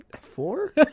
Four